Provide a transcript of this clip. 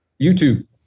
YouTube